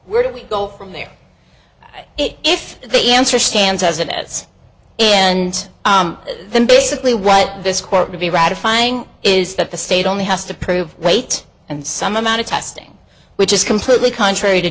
where do we go from there if the answer stands as an ets and then basically what this court may be ratifying is that the state only has to prove weight and some amount of testing which is completely contrary to